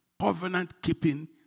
Covenant-keeping